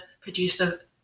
producer